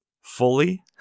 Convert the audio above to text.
fully